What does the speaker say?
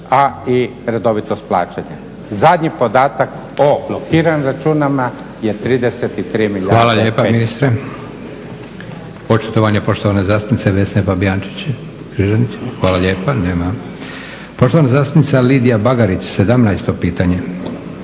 a i redovitost plaćanja. Zadnji podatak o blokiranim računima je 33 milijarde